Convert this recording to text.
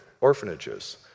orphanages